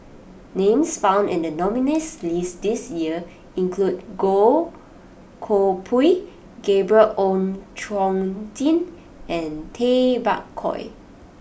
names found in the nominees' list this year include Goh Koh Pui Gabriel Oon Chong Jin and Tay Bak Koi